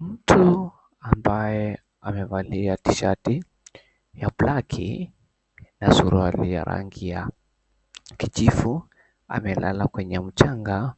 Mtu ambaye amevalia tishati ya blaki na suruali ya aina ya kijivu amelala kwenye mchanga.